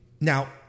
Now